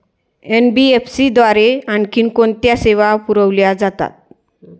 NBFC द्वारे आणखी कोणत्या सेवा पुरविल्या जातात?